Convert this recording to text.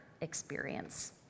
experience